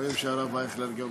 אדוני היושב-ראש, אכן הצעת חוק